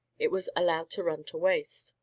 it was allowed to run to waste,